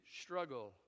struggle